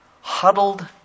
huddled